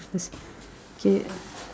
K